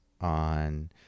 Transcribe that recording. on